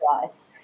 guys